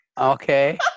Okay